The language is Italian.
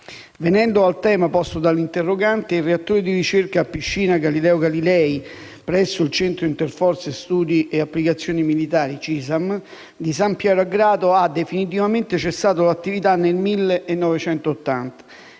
Venendo al tema posto dall'interrogante, il reattore di ricerca a piscina Galileo Galilei, presso il Centro interforze studi e applicazioni militari (CISAM) di San Piero a Grado, ha definitivamente cessato l'attività nel 1980